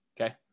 okay